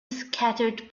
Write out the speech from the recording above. scattered